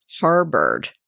harbored